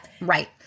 right